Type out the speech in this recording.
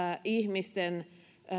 ihmisten